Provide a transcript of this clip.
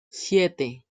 siete